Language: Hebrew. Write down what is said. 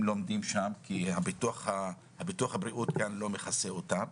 לומדים שם כי ביטוח הבריאות כאן לא מכסה את זה,